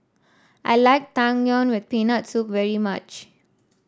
I like Tang Yuen with Peanut Soup very much